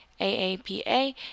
AAPA